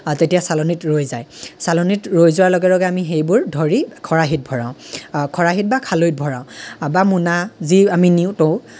আৰু তেতিয়া চালনিত ৰৈ যায় চালনিত ৰৈ যোৱাৰ লগে লগে আমি সেইবোৰ ধৰি খৰাহিত ভৰাওঁ খৰাহিত বা খালৈত ভৰাওঁ বা মোনা যি আমি নিওঁ টৌ